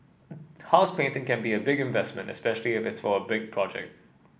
house painting can be a big investment especially if it's for a large project